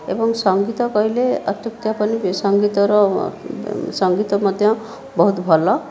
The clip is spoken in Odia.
ଏବଂ ସଙ୍ଗୀତ କହିଲେ ଅତ୍ୟୁକ୍ତି ହେବ ନାହିଁ ସଙ୍ଗୀତର ସଙ୍ଗୀତ ମଧ୍ୟ ବହୁତ ଭଲ